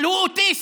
אבל הוא אוטיסט.